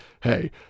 hey